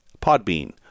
Podbean